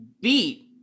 beat